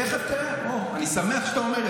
תכף תראה איך אני מסביר לך.